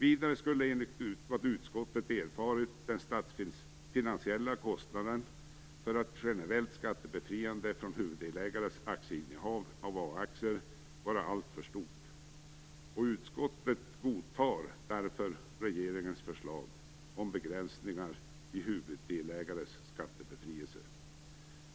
Vidare skulle enligt vad utskottet erfarit den statsfinansiella kostnaden för att generellt skattebefria huvuddelägares innehav av A aktier vara allt för stor. Utskottet godtar därför regeringens förslag om begränsningar i huvuddelägares skattebefrielse.